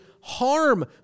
harm